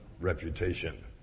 reputation